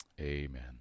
Amen